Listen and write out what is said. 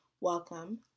Welcome